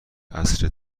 عصر